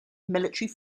military